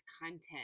content